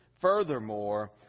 Furthermore